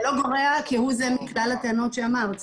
זה לא גורע כהוא זה מכלל הטענות שאמרת --- בהחלט זה לא גורע.